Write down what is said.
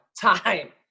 time